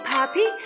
Puppy